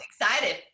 excited